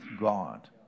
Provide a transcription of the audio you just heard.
God